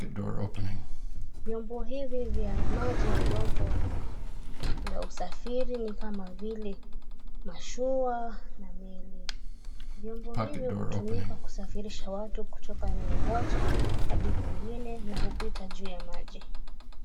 Vyombo hivi vya maji ni vyombo vya usafiri. Nikama vile mashua na meli. Vyombo hivi hutumika kusafirisha watu kutoka eneo moja hadi pengine, na hupita juu ya maji.